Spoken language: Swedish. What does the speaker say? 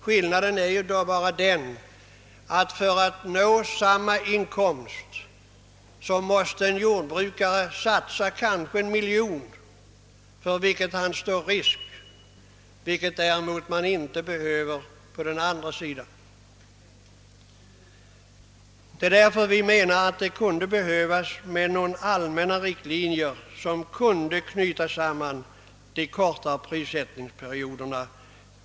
Skillnaden är emellertid den, att för att nå samma inkomst måste en jordbrukare satsa kanske en miljon, ett belopp som han själv står risken för, vilket däremot en industriarbetare inte behöver göra. Därför menar vi att det kunde behövas allmänna riktlinjer, som knyter samman de kortare prissättningsperioderna.